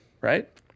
right